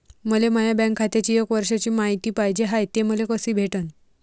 मले माया बँक खात्याची एक वर्षाची मायती पाहिजे हाय, ते मले कसी भेटनं?